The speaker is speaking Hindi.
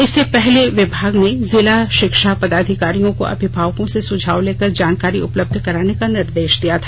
इससे पहले विभाग ने जिला शिक्षा पदाधिकारियों को अभिभावकों से ् सुझाव लेकर जानकारी उपलब्ध कराने का निर्दे दिया था